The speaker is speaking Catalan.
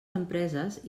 empreses